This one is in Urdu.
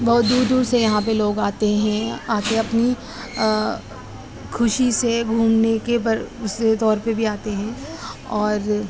بہت دور دور سے یہاں پہ لوگ آتے ہیں آ کے اپنی خوشی سے گھومنے کے بر اس طور پہ بھی آتے ہیں اور